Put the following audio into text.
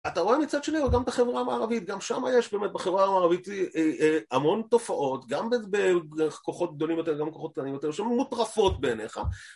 אתה רואה מצד שני, או גם בחברה המערבית, גם שם יש באמת בחברה המערבית המון תופעות, גם בכוחות גדולים יותר, גם בכוחות קטנים יותר, שהן מוטרפות בעיניך.